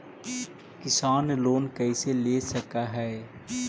किसान लोन कैसे ले सक है?